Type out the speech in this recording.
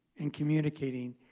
and communicating,